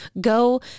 Go